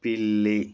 పిల్లి